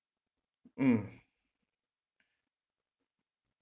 mm